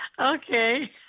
Okay